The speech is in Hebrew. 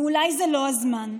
ואולי זה לא הזמן.